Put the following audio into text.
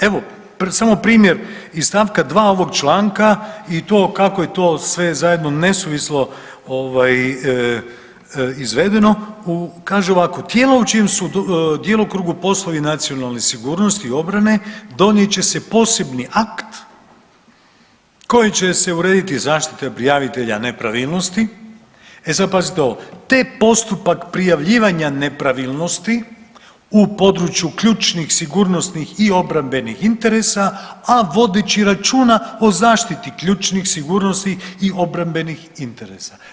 Evo samo primjer iz st. 2. ovog članka i kako je to sve zajedno nesuvislo izvedeno kaže ovako „Tijela u čijem su djelokrugu poslovi nacionalne sigurnosti i obrane donijet će se posebni akt kojim će se urediti zaštita prijavitelja nepravilnosti“, e sad pazite ovo „te postupak prijavljivanja nepravilnosti u području ključnih sigurnosnih i obrambenih interesa, a vodeći računa o zaštiti ključnih sigurnosti i obrambenih interesa“